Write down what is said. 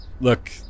Look